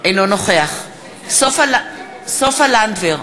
אינו נוכח סופה לנדבר,